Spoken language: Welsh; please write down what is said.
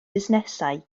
fusnesau